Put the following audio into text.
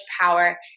power